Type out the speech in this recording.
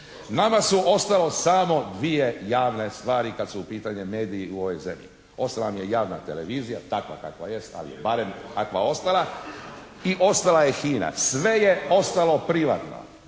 Nama su ostale samo dvije javne stvari kad su u pitanju mediji u ovoj zemlji. Ostala nam je javna televizija takva kakva jest, ali je barem takva ostala i ostala je HINA. Sve je ostalo privatno.